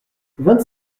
vingt